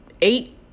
eight